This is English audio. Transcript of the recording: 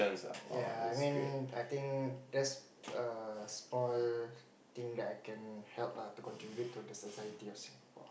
ya I mean I think that's err small thing that I can help ah to contribute to the society of Singapore